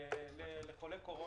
שגית,